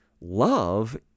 love